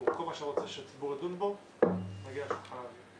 נדאג להקדיש לכל פנייה את תשומת הלב המגיעה לה.